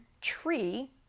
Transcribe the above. tree